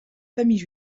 famille